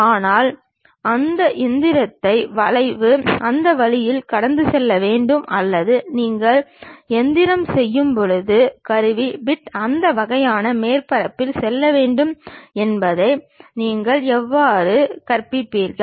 ஆனால் அந்த இயந்திரத்தை வளைவு அந்த வழியில் கடந்து செல்ல வேண்டும் அல்லது நீங்கள் எந்திரம் செய்யும் போது கருவி பிட் அந்த வகையான மேற்பரப்பில் செல்ல வேண்டும் என்பதை நீங்கள் எவ்வாறு கற்பிப்பீர்கள்